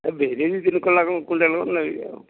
ବିରି ତିନି କ୍ଵିଣ୍ଟାଲ୍ ଖଣ୍ଡେ ନେବି ଆଉ